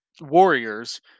Warriors